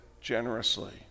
generously